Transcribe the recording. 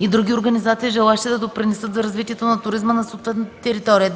и други организации, желаещи да допринесат за развитието на туризма на съответната територия.